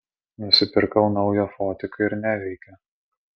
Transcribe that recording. nusipirkau naują fotiką ir neveikia